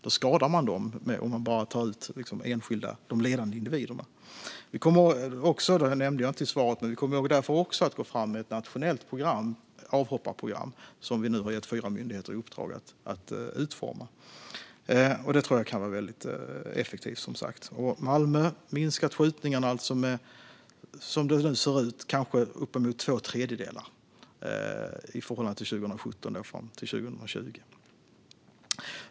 Då skadar man dem mer än om man bara tar ut de ledande individerna. Jag nämnde inte det i svaret, men vi kommer också att gå fram med ett nationellt avhopparprogram som vi nu har gett fyra myndigheter i uppdrag att utforma. Det tror jag kan vara väldigt effektivt. I Malmö har skjutningarna minskat med, som det nu ser ut, kanske uppemot två tredjedelar från 2017 och fram till 2020.